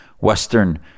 Western